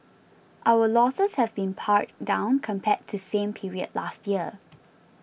our losses have been pared down compared to same period last year